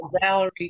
Valerie